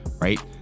right